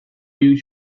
you